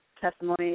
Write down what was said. testimony